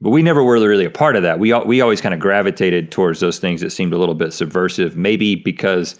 but we never were really apart of that, we all we always kind of gravitated towards those things that seemed a little bit subversive, maybe because